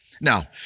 Now